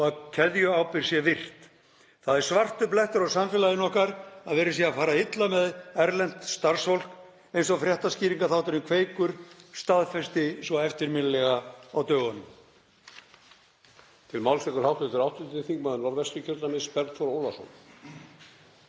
og að keðjuábyrgð sé virt. Það er svartur blettur á samfélaginu okkar að verið sé að fara illa með erlent starfsfólk, eins og fréttaskýringaþátturinn Kveikur staðfesti svo eftirminnilega á dögunum.